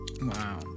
wow